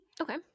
Okay